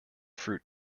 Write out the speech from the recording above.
fruit